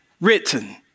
written